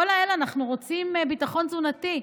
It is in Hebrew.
כל אלה אנחנו רוצים ביטחון תזונתי.